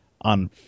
on